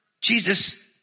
Jesus